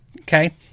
okay